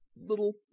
little